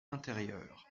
intérieure